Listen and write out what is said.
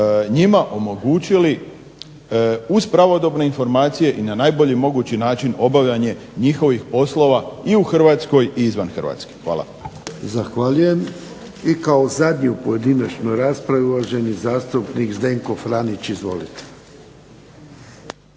njima omogućili uz pravodobne informacije i na najbolji mogući način obavljanje njihovih poslova i u Hrvatskoj i izvan Hrvatske. Hvala. **Jarnjak, Ivan (HDZ)** Zahvaljujem. I kao zadnji u pojedinačnoj raspravi, uvaženi zastupnik Zdenko Franić. Izvolite.